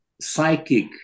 psychic